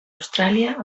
austràlia